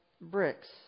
bricks